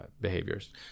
behaviors